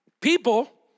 People